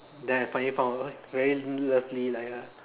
then finally found a very lovely like a